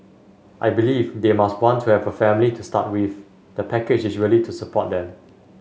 I believe they must want to have a family to start with the package is really to support them